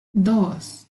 dos